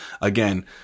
again